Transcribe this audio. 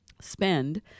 spend